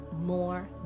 more